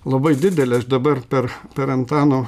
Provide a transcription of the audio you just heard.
labai didelę aš dabar per per antano